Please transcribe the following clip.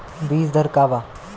बीज दर का वा?